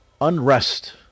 unrest